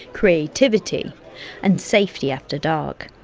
creativity and safety after dark.